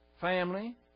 family